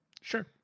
Sure